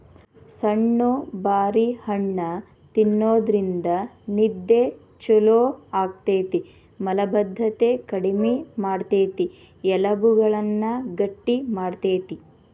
ಸಣ್ಣು ಬಾರಿ ಹಣ್ಣ ತಿನ್ನೋದ್ರಿಂದ ನಿದ್ದೆ ಚೊಲೋ ಆಗ್ತೇತಿ, ಮಲಭದ್ದತೆ ಕಡಿಮಿ ಮಾಡ್ತೆತಿ, ಎಲಬುಗಳನ್ನ ಗಟ್ಟಿ ಮಾಡ್ತೆತಿ